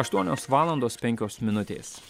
aštuonios valandos penkios minutės